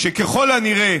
שככל הנראה,